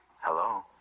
Hello